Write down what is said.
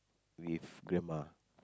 with grandma